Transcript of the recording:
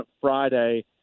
Friday